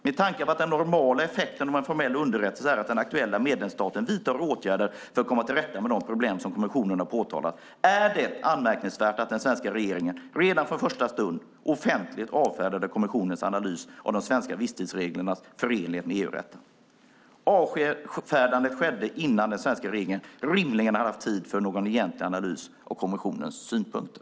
Med tanke på att den normala effekten av en formell underrättelse är att den aktuella medlemsstaten vidtar åtgärder för att komma till rätta med de problem som kommissionen har påtalat är det anmärkningsvärt att den svenska regeringen redan från första stund offentligt avfärdade kommissionens analys av de svenska visstidsreglernas förenlighet med EU-rätten. Avfärdandet skedde innan den svenska regeringen rimligen hade haft tid för någon egentlig analys av kommissionens synpunkter.